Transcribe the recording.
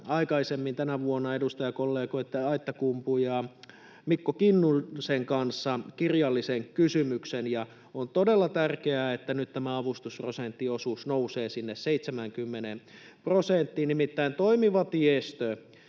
aikaisemmin tänä vuonna edustajakollegoitten Aittakummun ja Mikko Kinnusen kanssa kirjallisen kysymyksen, ja on todella tärkeää, että nyt tämä avustusprosenttiosuus nousee sinne 70 prosenttiin. Nimittäin toimiva tiestö